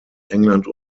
england